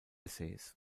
essays